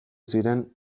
ziren